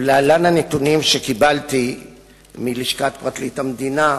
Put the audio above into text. להלן הנתונים שקיבלתי מלשכת פרקליט המדינה,